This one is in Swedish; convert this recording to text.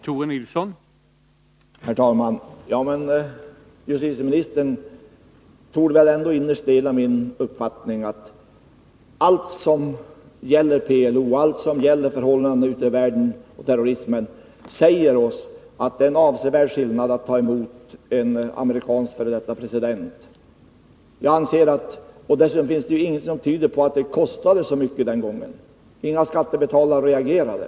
Herr talman! Justitieministern torde väl innerst inne dela min uppfattning, att allt som gäller PLO och allt som gäller terrorismen och förhållandena ute i världen säger oss att det är en avsevärd skillnad att ta emot en amerikansk f. d. president. Dessutom finns det ingenting som tyder på att det kostade så mycket den gången. Inga skattebetalare reagerade.